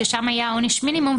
שם היה עונש מינימום.